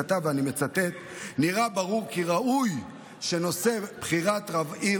כתב: "נראה ברור כי ראוי שנושא בחירת רב עיר